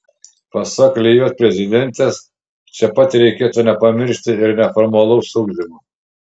pasak lijot prezidentės čia pat reikėtų nepamiršti ir neformalaus ugdymo